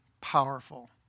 powerful